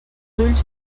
ulls